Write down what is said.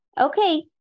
Okay